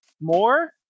more